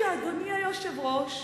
היושבת-ראש,